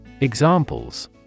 Examples